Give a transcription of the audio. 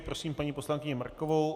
Prosím paní poslankyni Markovou.